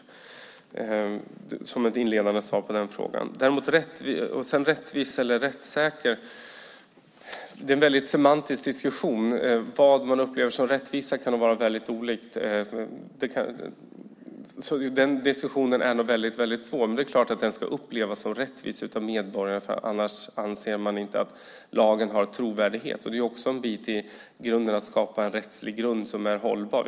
Detta är sagt som ett inledande svar på den frågan. När det gäller om det är rättvist eller rättssäkert är en väldigt semantisk diskussion. Vad man upplever som rättvisa kan vara väldigt olika. Den diskussionen är väldigt svår. Men det är klart att lagen ska upplevas som rättvis av medborgarna. Annars anser man inte att lagen har trovärdighet. Det är också en del i att skapa en rättslig grund som är hållbar.